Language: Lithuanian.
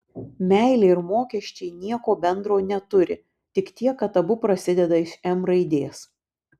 meilė ir mokesčiai nieko bendro neturi tik tiek kad abu prasideda iš m raidės